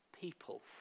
people